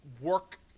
work